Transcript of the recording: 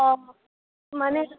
অঁ মানে